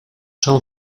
son